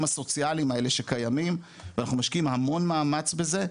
הסוציאליים האלה שקיימים ואנחנו משקיעים המון מאמץ בזה,